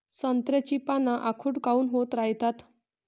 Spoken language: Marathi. संत्र्याची पान आखूड काऊन होत रायतात?